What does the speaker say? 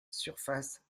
surface